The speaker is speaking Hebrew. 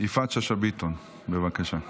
יפעת שאשא ביטון, בבקשה.